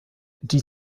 die